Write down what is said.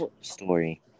story